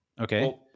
Okay